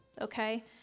okay